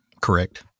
Correct